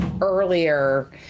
earlier